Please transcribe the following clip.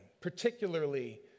particularly